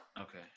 okay